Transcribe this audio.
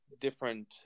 different